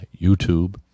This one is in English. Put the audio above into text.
YouTube